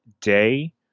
day